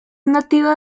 nativa